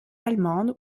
allemande